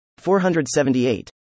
478